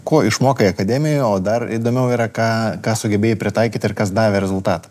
ko išmokai akademijoj o dar įdomiau yra ką ką sugebėjai pritaikyt ir kas davė rezultatą